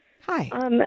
Hi